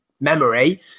memory